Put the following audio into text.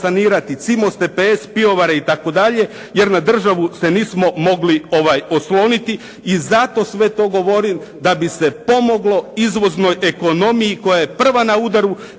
sanirati "Cimos", "TPS", pivovare itd. jer na državu se nismo mogli osloniti i zato sve to govorim da bi se pomoglo izvoznoj ekonomiji koja je prva na udaru